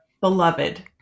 beloved